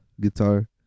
guitar